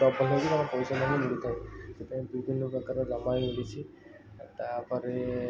double ହେଇକି ତାଙ୍କ ପଇସା ତାଙ୍କୁ ମିଳିଥାଏ ସେଥିପାଇଁ ବିଭିନ୍ନ ପ୍ରକାର ଆଣିକି ଦେଇଛି ତା'ପରେ